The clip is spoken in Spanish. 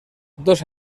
dos